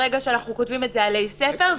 ברגע שאנחנו כותבים את זה עלי ספר,